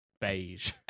beige